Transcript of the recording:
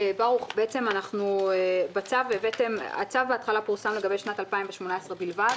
בהתחלה הצו פורסם לגבי שנת 2018 בלבד,